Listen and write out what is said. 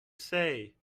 say